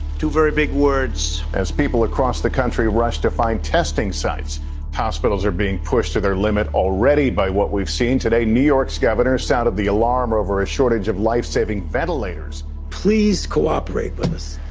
two very big words. as people across the country rush to find testing sites hospitals are being pushed to their limit already by what we've seen today. new york's governor sounded the alarm over a shortage of life-saving ventilators. please cooperate with us.